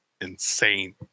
insane